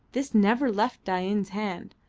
this never left dain's hand.